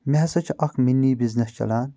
مےٚ ہسا چھُ اکھ مِنی بِزنس چلان